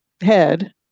head